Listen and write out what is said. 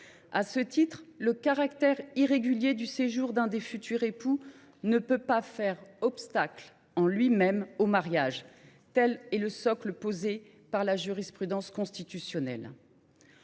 À ce titre, le caractère irrégulier du séjour de l’un des futurs époux ne peut pas « faire obstacle en lui même » au mariage. Tel est le socle posé par la jurisprudence constitutionnelle.